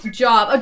job